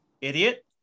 idiot